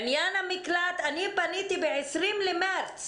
עניין המקלט אני פניתי כבר ב-20 במרץ